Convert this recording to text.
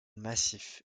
massif